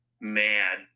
mad